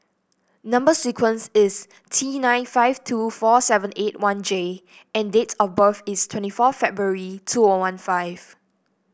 number sequence is T nine five two four seven eight one J and date of birth is twenty four February two one one five